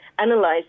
analyze